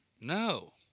No